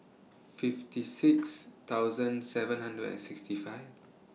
fifty six thousand seven hundred and sixty five